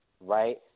right